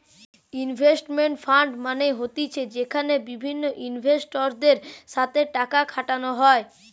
investment fund মানে হতিছে যেখানে বিভিন্ন ইনভেস্টরদের সাথে টাকা খাটানো হয়